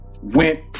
went